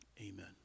Amen